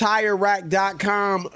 TireRack.com